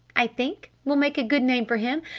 i think, will make a good name for him!